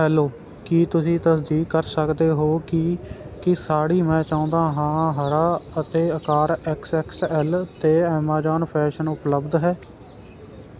hello ਕੀ ਤੁਸੀਂ ਤਸਦੀਕ ਕਰ ਸਕਦੇ ਹੋ ਕਿ ਕੀ ਸਾੜੀ ਮੈਂ ਚਾਹੁੰਦਾ ਹਾਂ ਹਰਾ ਅਤੇ ਅਕਾਰ ਐਕਸ ਐਕਸ ਐਲ 'ਤੇ ਐਮਾਜੋਨ ਫੈਸ਼ਨ ਉਪਲਬਧ ਹੈ